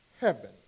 heaven